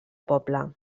poble